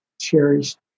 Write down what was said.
cherished